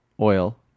Oil